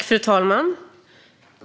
Fru talman!